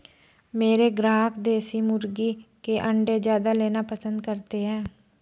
मेरे ग्राहक देसी मुर्गी के अंडे ज्यादा लेना पसंद करते हैं